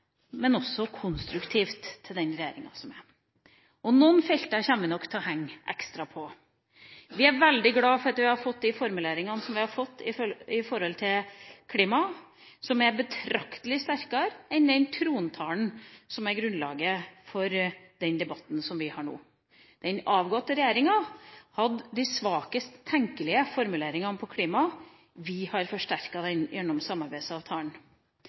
men også konstruktivt overfor den regjeringa som er, og noen felter kommer vi nok til å henge ekstra på. Vi er veldig glad for at vi har fått de formuleringene vi har fått når det gjelder klima, som er betraktelig sterkere enn den trontalen som er grunnlaget for debatten som vi har nå. Den avgåtte regjeringa hadde de svakest tenkelige formuleringene på klima – vi har forsterket den gjennom samarbeidsavtalen.